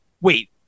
Wait